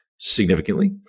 Significantly